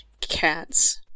Cats